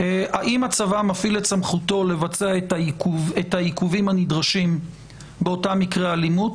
האם הצבא מפעיל את סמכותו לבצע את העיכובים הנדרשים באותם מקרי אלימות,